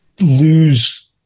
lose